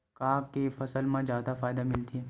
का के फसल मा जादा फ़ायदा मिलथे?